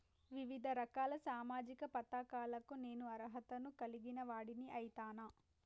వివిధ రకాల సామాజిక పథకాలకు నేను అర్హత ను కలిగిన వాడిని అయితనా?